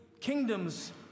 kingdoms